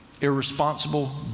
Irresponsible